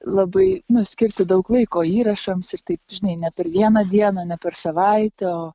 labai nu skirti daug laiko įrašams ir taip žinai ne per vieną dieną ne per savaitę o